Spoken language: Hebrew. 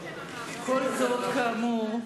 כל זאת, כאמור,